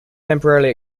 temporarily